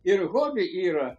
ir hobi yra